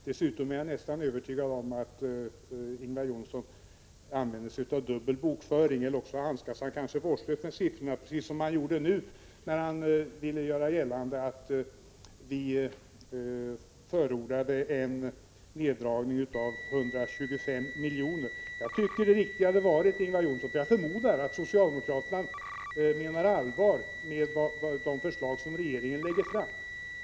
Dessutom är jag nästan övertygad om att Ingvar Johnsson använder sig av dubbel bokföring, eller också handskas han vårdslöst med siffrorna, precis som han gjorde när han ville göra gällande att vi förordade en neddragning med 125 milj.kr. Jag förmodar, Ingvar Johnsson, att socialdemokraterna menar allvar med de förslag som regeringen lägger fram.